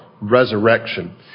resurrection